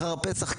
אחר הפסח,